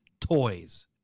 Toys